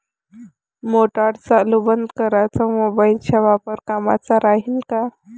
Motor चालू बंद कराच मोबाईलचा वापर कामाचा राहीन का?